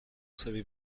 savez